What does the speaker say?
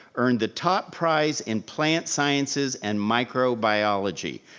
earned the top prize in plant sciences and microbiology.